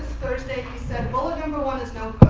thursday. he said bullet number one is no